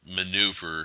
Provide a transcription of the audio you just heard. maneuver